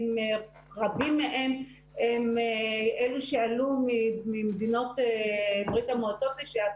רבים מהם הם אלה שעלו ממדינות ברית המועצות לשעבר